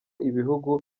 ibihugu